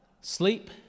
Sleep